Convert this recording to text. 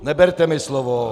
Neberte mi slovo.